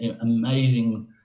amazing